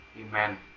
Amen